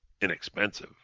Inexpensive